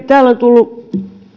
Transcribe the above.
täällä on tullut